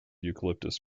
eucalyptus